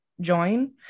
join